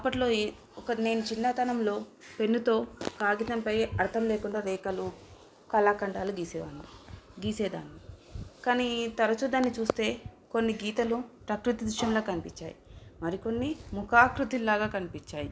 అప్పట్లో ఒక నేను చిన్నతనంలో పెన్నుతో కాగితంపై అర్థం లేకుండా రేఖలు కళాఖండాలు గీసేవాను గీసేదాన్ని కానీ తరచు దాన్ని చూస్తే కొన్ని గీతలు ప్రకృతి దృశ్యంలా కనిపించాయి మరికన్ని ముఖాకృతుల్లాగా కనిపించాయి